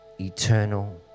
Eternal